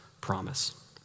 promise